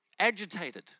agitated